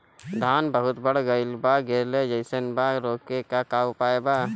धान बहुत बढ़ गईल बा गिरले जईसन बा रोके क का उपाय बा?